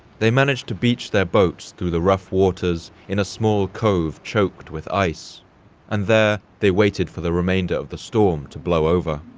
they managed to beach their boats through the rough waters in a small cove choked with ice and there, they waited for the remainder of the storm to blow over.